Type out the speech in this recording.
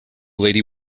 lady